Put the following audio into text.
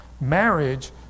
marriage